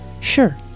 Sure